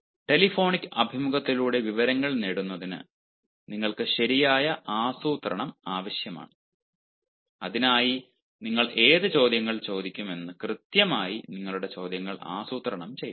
telephonic അഭിമുഖത്തിലൂടെ വിവരങ്ങൾ നേടുന്നതിന് നിങ്ങൾക്ക് ശരിയായ ആസൂത്രണം ആവശ്യമാണ് അതിനായി നിങ്ങൾ ഏത് ചോദ്യങ്ങൾ ചോദിക്കും എന്ന് കൃത്യമായി നിങ്ങളുടെ ചോദ്യങ്ങൾ ആസൂത്രണം ചെയ്യണം